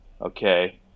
Okay